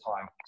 time